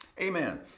amen